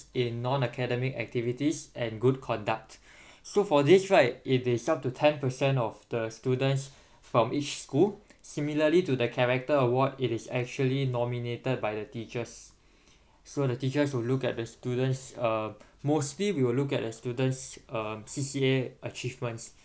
in non academic activities and good conduct so for this right it is up to ten per cent of the students from each school similarly to the character award it is actually nominated by the teachers so the teachers will look at the students uh mostly we will look at the students um C_C_A achievements